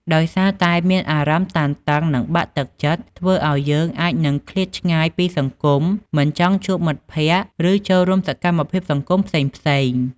ដោយសារតែមានអារម្មណ៍តានតឹង ឬបាក់ទឹកចិត្ត ធ្វើអោយយើងអាចនឹងឃ្លាតឆ្ងាយពីសង្គម មិនចង់ជួបជុំមិត្តភក្តិ ឬចូលរួមសកម្មភាពសង្គមផ្សេងៗ។